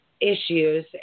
issues